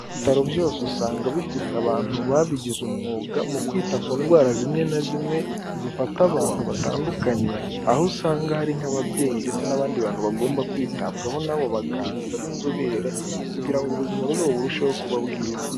Ibitaro byose usanga bifite abantu babigize umwuga mu kwita ku ndwara zimwe na zimwe zifata abantu batandukanye, aho usanga hari nk'ababyeyi ndetse n'abandi bantu bagomba kwitabwaho n'abo baganga b'inzobere kugira ngo ubuzima bwabo burusheho kuba bwiza.